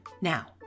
Now